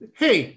hey